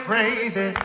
Crazy